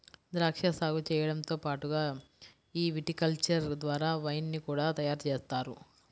ద్రాక్షా సాగు చేయడంతో పాటుగా ఈ విటికల్చర్ ద్వారా వైన్ ని కూడా తయారుజేస్తారు